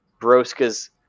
Broska's